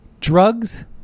drugs